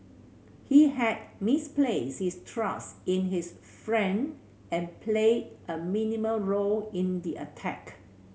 he had misplaced his trust in his friend and played a minimal role in the attack